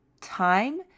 time